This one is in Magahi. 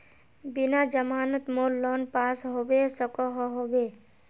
बिना जमानत मोर लोन पास होबे सकोहो होबे?